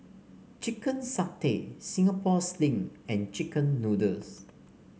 Chicken Satay Singapore Sling and chicken noodles